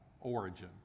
origin